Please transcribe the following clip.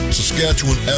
Saskatchewan